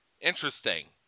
Interesting